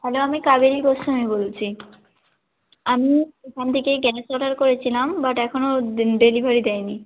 hello আমি কাবেরী গোস্বামী বলছি আমি এখান থেকে গ্যাস অর্ডার করেছিলাম বাট এখনও ডেলিভারি দেয়নি